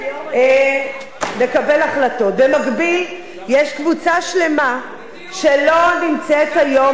פיצוי, יש קבוצה שלמה שלא נמצאת היום,